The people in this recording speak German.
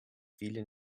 viele